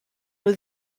nhw